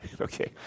Okay